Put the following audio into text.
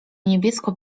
niebiesko